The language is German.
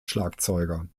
schlagzeuger